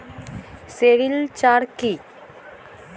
Sericulture কি?